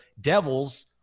Devils